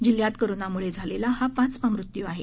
जिल्ह्यात कोरोनामुळे झालेला हा पाचवा मृत्यू आहे